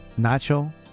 Nacho